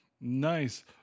Nice